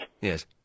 Yes